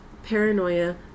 paranoia